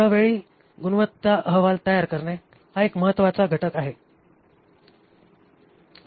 वेळोवेळी गुणवत्ता अहवाल तयार करणे हा एक अतिशय महत्वाचा घटक आहे